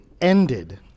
ended